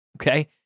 Okay